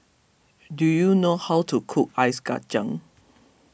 do you know how to cook Ice Kachang